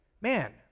man